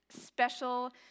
special